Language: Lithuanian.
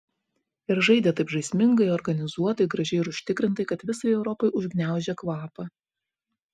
ir žaidė taip žaismingai organizuotai gražiai ir užtikrintai kad visai europai užgniaužė kvapą